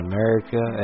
America